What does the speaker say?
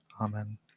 Amen